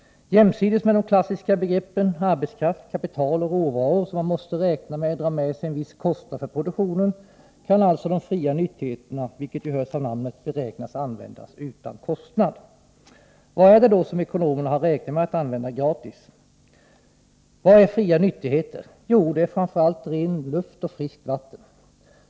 Jämsides med de klassiska begreppen arbetskraft, kapital och råvaror, som man måste räkna med drar med sig en viss kostnad för produktionen, kan alltså de fria nyttigheterna, vilket ju hörs av namnet, beräknas bli använda utan kostnad. Vad är det som ekonomerna har räknat med att man kan använda gratis? Vad är fria nyttigheter? Jo, det är framför allt ren luft och friskt vatten.